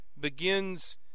begins